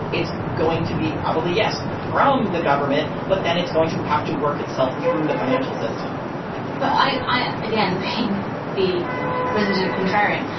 it's going to be probably. yes, from the government, but then it's going to have to work itself through the financial system but i i again, paying the resident contrarian.